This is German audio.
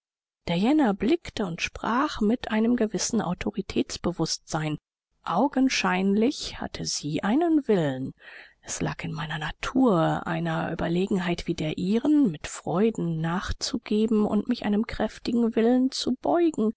reservierter diana blickte und sprach mit einem gewissen autoritätsbewußtsein augenscheinlich hatte sie einen willen es lag in meiner natur einer überlegenheit wie der ihren mit freuden nachzugeben und mich einem kräftigen willen zu beugen